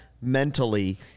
mentally